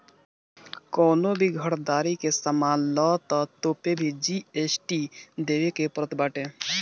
कवनो भी घरदारी के सामान लअ तअ ओपे जी.एस.टी देवे के पड़त बाटे